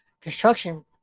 Construction